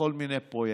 לכל מיני פרויקטים.